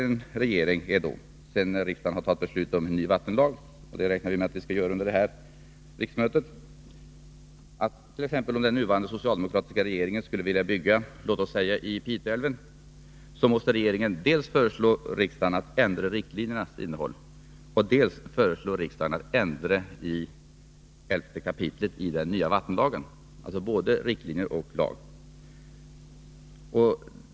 Efter ett beslut i riksdagen om en ny vattenlag — vilket vi räknar med att den kommer att fatta under innevarande riksmöte — blir läget att den socialdemokratiska regeringen, om den skulle vilja bygga i låt oss säga Piteälven, måste föreslå riksdagen dels att ändra riktlinjernas innehåll, dels att ändra 11 kap. i den nya vattenlagen. Därvid måste ändringar göras både i riktlinjerna och i lagen.